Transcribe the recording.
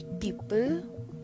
People